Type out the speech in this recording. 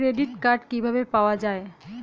Credit card কিভাবে পাওয়া য়ায়?